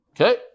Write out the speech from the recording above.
Okay